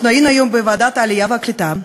היינו היום בוועדת העלייה והקליטה,